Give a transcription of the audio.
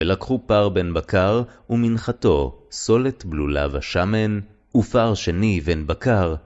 ולקחו פר בן-בקר, ומנחתו, סולת בלולה ושמן, ופר שני בן-בקר, ...